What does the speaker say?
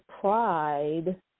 pride